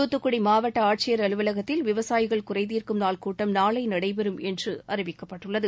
தூத்துக்குடி மாவட்ட ஆட்சியர் அலுவலகத்தில் விவசாயிகள் குறைதீர்க்கும் நாள் கூட்டம் நாளை நடைபெறும் என்று அறிவிக்கப்பட்டுள்ளது